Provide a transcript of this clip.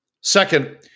Second